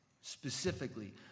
specifically